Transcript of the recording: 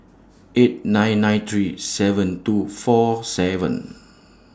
eight nine nine three seven two four seven